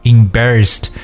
Embarrassed